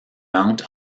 mount